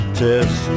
test